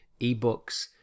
ebooks